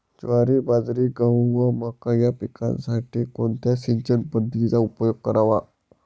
ज्वारी, बाजरी, गहू व मका या पिकांसाठी कोणत्या सिंचन पद्धतीचा उपयोग करावा?